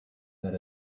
that